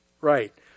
right